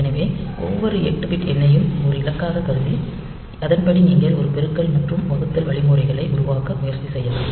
எனவே ஒவ்வொரு 8 பிட் எண்ணையும் ஒரு இலக்கமாகக் கருதி அதன்படி நீங்கள் ஒரு பெருக்கல் மற்றும் வகுத்தல் வழிமுறையை உருவாக்க முயற்சி செய்யலாம்